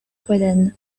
pueden